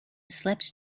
slept